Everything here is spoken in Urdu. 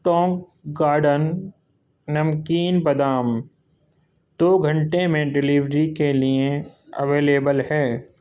ٹونگ گارڈن نمکین بادام دو گھنٹے میں ڈیلیوری کے لیے اویلیبل ہے